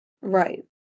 Right